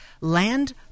land